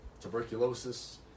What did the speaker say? tuberculosis